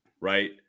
Right